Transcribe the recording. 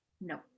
no